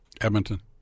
Edmonton